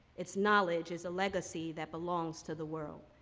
its knowledge is a legacy that belongs to the world.